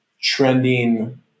trending